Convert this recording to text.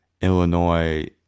Illinois